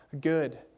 good